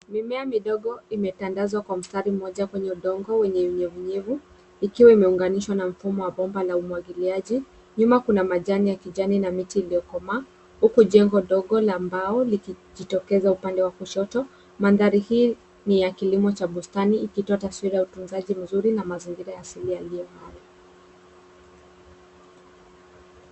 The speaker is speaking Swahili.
Mimea midogo imetandazwa kwa mstari moja kwenye udongo yenye unyevunyevu ikiwa imeunganisha na mfumo wa pomba wa umwagiliaji nyuma kuna majani ya kijani na miti iliyokomaa nyuma kuna chumba ndogo lililo jengwa ya mbao Iikijitokeza upande wa kushoto. Mandhari hii ni ya kilimo cha bustani ikitoa taswira ya utunzaji mzuri mazingira ya asili.